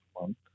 month